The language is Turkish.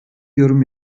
yorum